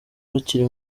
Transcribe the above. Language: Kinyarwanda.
bakiri